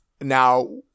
Now